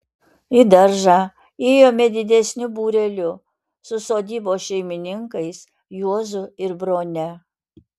į daržą ėjome didesniu būreliu su sodybos šeimininkais juozu ir brone